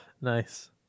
Nice